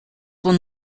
will